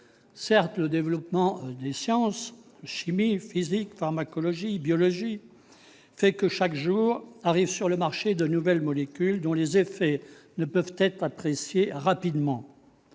Certes, le développement des sciences- chimie, physique, pharmacologie, biologie -fait que, chaque jour, arrivent sur le marché de nouvelles molécules, dont les effets ne peuvent être appréciés rapidement.